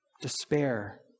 despair